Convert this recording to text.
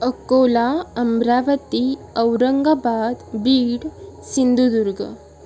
Akola Amravati Aurangabad Beed Sindhudurg